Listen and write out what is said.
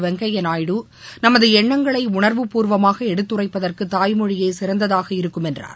வெங்கையா நாயுடு நமது எண்ணங்களை உணர்வுப்பூர்வமாக எடுத்துரைப்பதற்கு தாய்மொழியே சிறந்ததாக இருக்கும் என்றார்